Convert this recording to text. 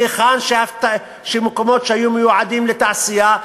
והיכן שמקומות היו מיועדים לתעשייה,